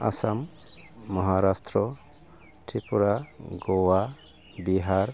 Assam Maharashtra Tripura Goa Bihar